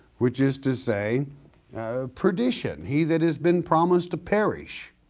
which is to say perdition. he that has been promised to perish.